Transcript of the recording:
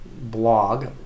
blog